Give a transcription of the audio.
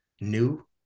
new